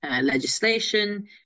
legislation